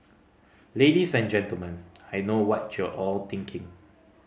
ladies and Gentlemen I know what you're all thinking